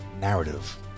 Narrative